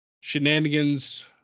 Shenanigans